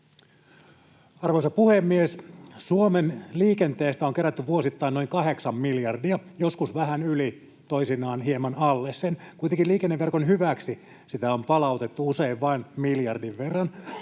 Arvoisa puhemies! Suomen liikenteestä on kerätty vuosittain noin kahdeksan miljardia, joskus vähän yli, toisinaan hieman alle sen. Kuitenkin liikenneverkon hyväksi sitä on palautettu usein vain miljardin verran